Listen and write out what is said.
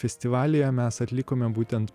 festivalyje mes atlikome būtent